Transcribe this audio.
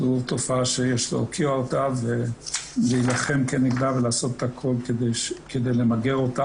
זו תופעה שש להוקיע אותה ולהילחם כנגדה ולעשות הכל כדי למגר אותה,